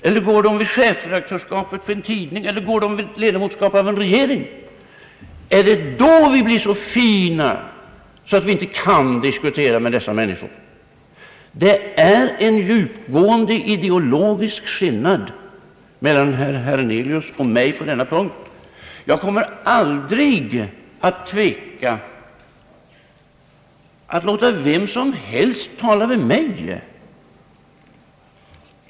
Eller går den vid chefredaktörskapet för en tidning eller ledamotskapet av en regering? Är det då som vi blir så fina, att vi inte kan diskutera med dessa människor? Det finns en djupgående ideologisk skillnad mellan herr Hernelius och mig på denna punkt. Men jag kommer aldrig att tveka att låta vem som helst tala med mig.